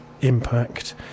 impact